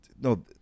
no